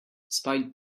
despite